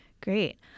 Great